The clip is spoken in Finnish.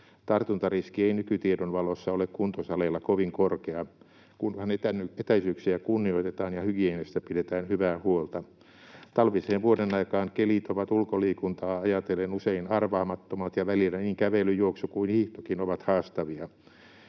Tartuntariski ei nykytiedon valossa ole kuntosaleilla kovin korkea, kunhan etäisyyksiä kunnioitetaan ja hygieniasta pidetään hyvää huolta. Talviseen vuodenaikaan kelit ovat ulkoliikuntaa ajatellen usein arvaamattomat ja välillä niin kävely, juoksu kuin hiihtokin ovat haastavia.